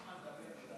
נחמן,